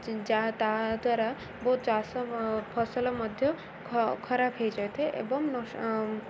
ଯା ତା'ଦ୍ୱାରା ବହୁତ ଚାଷ ଫସଲ ମଧ୍ୟ ଖରାପ୍ ହେଇଯାଇଥାଏ ଏବଂ